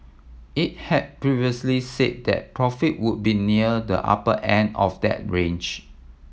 it had previously said that profit would be near the upper end of that range